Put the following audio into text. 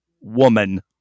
woman